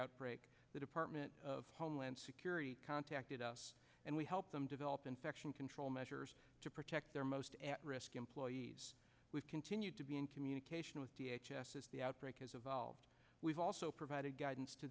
outbreak the department of homeland security contacted us and we helped them develop infection control measures to protect their most at risk employees we've continued to be in communication with v h s as the outbreak has evolved we've also provided guidance to